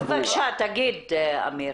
אז בבקשה, תגיד אמיר.